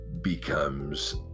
becomes